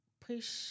push